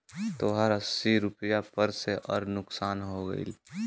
तोहार अस्सी रुपैया पर सेअर नुकसान हो गइल